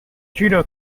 judo